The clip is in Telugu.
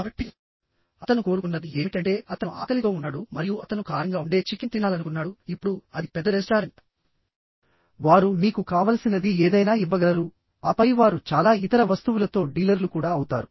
కాబట్టి అతను కోరుకున్నది ఏమిటంటే అతను ఆకలితో ఉన్నాడు మరియు అతను కారంగా ఉండే చికెన్ తినాలనుకున్నాడు ఇప్పుడు అది పెద్ద రెస్టారెంట్ వారు మీకు కావలసినది ఏదైనా ఇవ్వగలరు ఆపై వారు చాలా ఇతర వస్తువులతో డీలర్లు కూడా అవుతారు